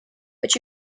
but